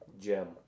gem